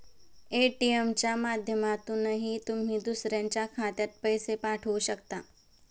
ATM च्या माध्यमातूनही तुम्ही दुसऱ्याच्या खात्यात पैसे पाठवू शकता